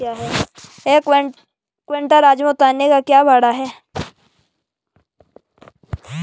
एक क्विंटल राजमा उतारने का भाड़ा क्या होगा?